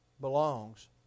belongs